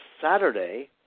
Saturday